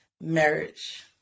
marriage